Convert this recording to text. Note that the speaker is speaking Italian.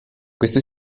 questo